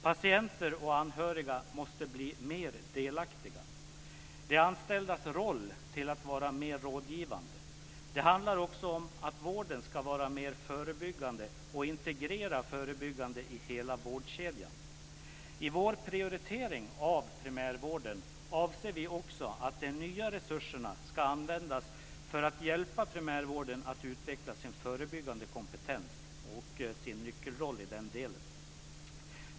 Patienter och anhöriga måste bli mer delaktiga. De anställdas roll måste bli mer rådgivande. Det handlar också om att vården ska vara mer förebyggande och integrera förebyggande i hela vårdkedjan. I vår prioritering av primärvården avser vi också att de nya resurserna ska användas för att hjälpa primärvården att utveckla sin förebyggande kompetens och sin nyckelroll i den delen.